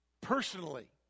personally